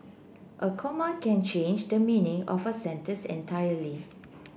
a comma can change the meaning of a sentence entirely